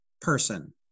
person